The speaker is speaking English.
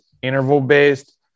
interval-based